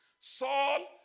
Saul